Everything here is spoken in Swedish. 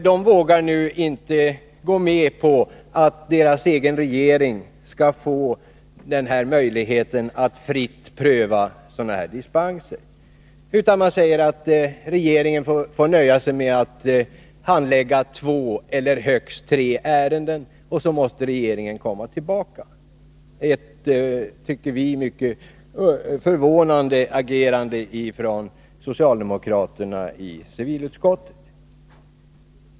De vågar nu inte gå med på att deras egen regering skall få denna möjlighet att fritt pröva sådana här dispenser. Man säger att regeringen får nöja sig med att handlägga två eller högst tre ärenden, sedan måste regeringen komma tillbaka till riksdagen med frågan. Detta är ett mycket förvånande agerande av socialdemokraterna i civilutskottet, tycker vi.